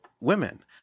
women